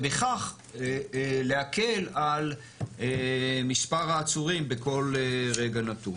ובכך להקל על מספר העצורים בכל רגע נתון.